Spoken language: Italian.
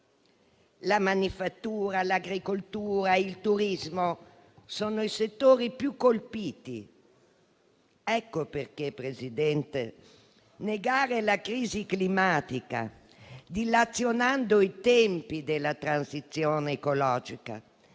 La manifattura, l'agricoltura, il turismo sono i settori più colpiti. Ecco perché, Presidente, negare la crisi climatica, dilazionando i tempi della transizione ecologica,